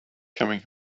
coming